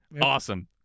Awesome